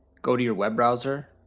go to your web browser,